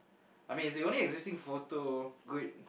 I mean it's the only existing photo good